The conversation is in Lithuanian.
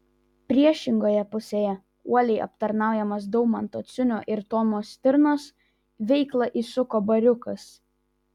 priešingoje pusėje uoliai aptarnaujamas daumanto ciunio ir tomo stirnos veiklą įsuko bariukas